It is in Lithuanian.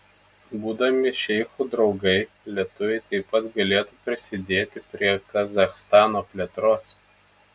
būdami šeichų draugai lietuviai taip pat galėtų prisidėti prie kazachstano plėtros